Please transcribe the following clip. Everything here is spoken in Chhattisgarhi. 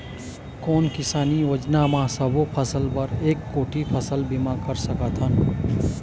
कोन किसानी योजना म सबों फ़सल बर एक कोठी फ़सल बीमा कर सकथन?